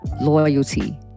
loyalty